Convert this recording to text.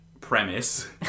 premise